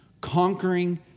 conquering